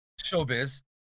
showbiz